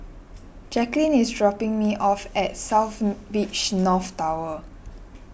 Jaclyn is dropping me off at South Beach North Tower